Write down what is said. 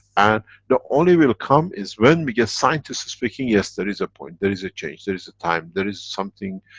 and the. only will come, is when we get scientists speaking, yes, there is a point. there is a change, there is a time, there is something,